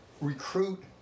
recruit